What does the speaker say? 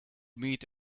meet